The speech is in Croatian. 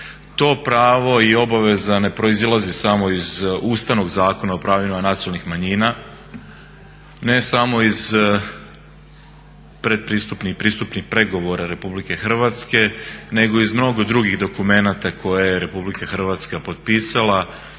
To pravo i obaveza ne proizlazi samo iz Ustavnog zakona o pravima nacionalnih manjina, ne samo iz pretpristupnih i pristupnih pregovora RH nego iz drugih dokumenata koje je RH potpisala,